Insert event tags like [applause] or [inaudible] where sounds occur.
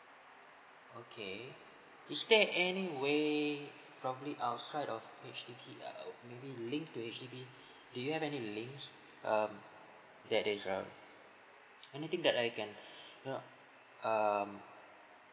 okay is there any way probably outside of H_D_B err maybe link to H_D_B do you have any links um that there is a anything that I can [breath] you know um